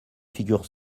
figure